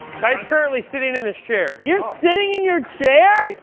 ty's currently sitting in his chair. you're sitting in your chair?